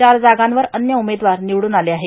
चार जागांवर अन्य उमेदवार निवडून आले आहेत